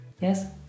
Yes